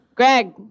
Greg